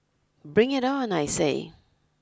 bring it on I say